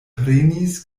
prenis